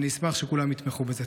אני אשמח שכולם יתמכו בזה.